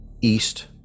east